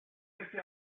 este